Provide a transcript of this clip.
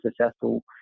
successful